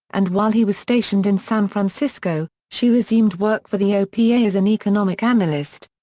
and while he was stationed in san francisco, she resumed work for the opa as an economic analyst.